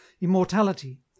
immortality